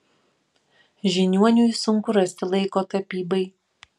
žiniuoniui sunku rasti laiko tapybai